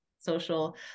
social